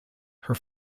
her